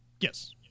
Yes